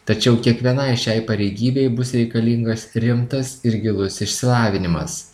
tačiau kiekvienai šiai pareigybei bus reikalingas rimtas ir gilus išsilavinimas